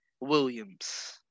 Williams